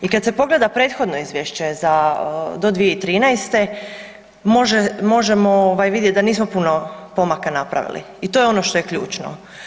I kad se pogleda prethodno izvješće za do 2013. možemo ovaj vidjeti da nismo puno pomaka napravili i to je ono što je ključno.